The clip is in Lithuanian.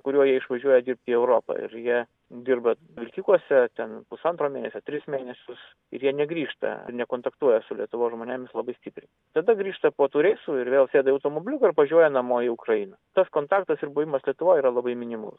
kuriuo jie išvažiuoja dirbti į europą ir jie dirba vilkikuose ten pusantro mėnesio tris mėnesius ir jie negrįžta nekontaktuoja su lietuvos žmonėmis labai stipriai tada grįžta po tų reisų ir vėl sėda į automobilį ir važiuoja namo į ukrainą tas kontaktas ir buvimas lietuvoj yra labai minimalus